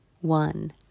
one